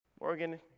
Morgan